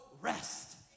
rest